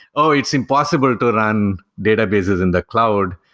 oh, it's impossible to run databases in the cloud.